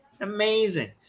Amazing